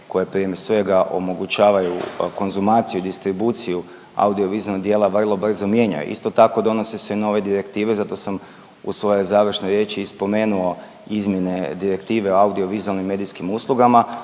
koje prije svega omogućavaju konzumaciju i distribuciju audio vizualnog dijela vrlo brzo mijenjaju. Isto tako donose se nove direktive, zato sam u svojoj završnoj riječi i spomenuo izmjene direktive audio vizualnim medijskim uslugama